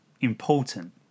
important